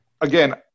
Again